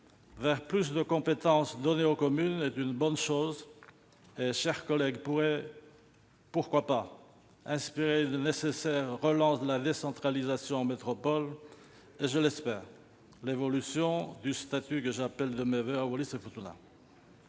vers plus de compétences données aux communes, est une bonne chose, et pourrait- pourquoi pas, chers collègues ? -inspirer une nécessaire relance de la décentralisation en métropole et, je l'espère, l'évolution du statut que j'appelle de mes voeux à Wallis-et-Futuna.